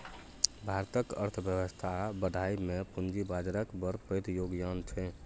भारतक अर्थबेबस्था बढ़ाबइ मे पूंजी बजारक बड़ पैघ योगदान छै